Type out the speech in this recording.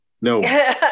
No